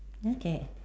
okay